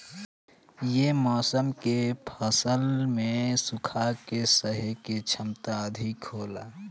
ये मौसम के फसल में सुखा के सहे के क्षमता अधिका होला